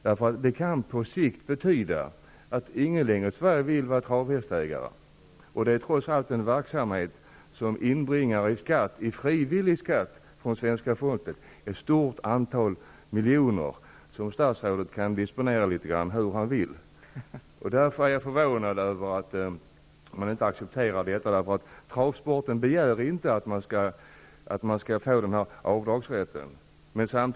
Det kan nämligen på sikt betyda att ingen i Sverige längre vill vara travhästägare. Det är trots allt en verksamhet som i frivillig skatt inbringar ett stort antal miljoner från svenska folket och som statsrådet kan disponera litet grand hur han vill. Därför är jag förvånad över att detta inte accepteras. Travsporten begär nämligen inte att få denna avdragsrätt.